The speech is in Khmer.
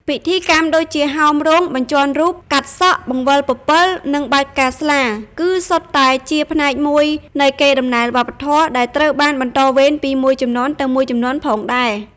ពិធីកម្មដូចជា ហោមរោង បញ្ចាន់រូប កាត់សក់ បង្វិលពពិល និងបាចផ្កាស្លា គឺសុទ្ធតែជាផ្នែកមួយនៃកេរដំណែលវប្បធម៌ ដែលត្រូវបានបន្តវេនពីមួយជំនាន់ទៅមួយជំនាន់ផងដែរ ។